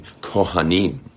Kohanim